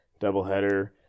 doubleheader